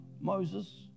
Moses